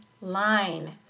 line